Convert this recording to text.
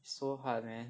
super hard man